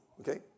Okay